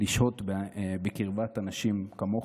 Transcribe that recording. לשהות בקרבת אנשים כמוך.